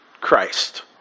Christ